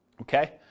Okay